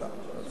זה אותו דבר.